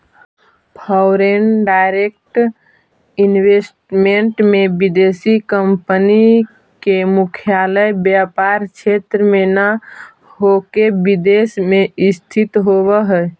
foreign direct investment में विदेशी company के मुख्यालय व्यापार क्षेत्र में न होके विदेश में स्थित होवऽ हई